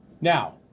Now